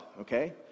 Okay